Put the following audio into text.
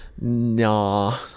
nah